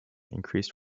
increased